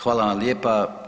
Hvala vam lijepa.